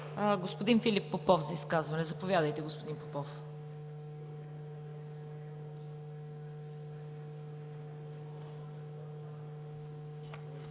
Господин Филип Попов – за изказване. Заповядайте, господин Попов.